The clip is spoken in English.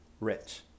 rich